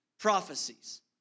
prophecies